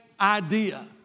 idea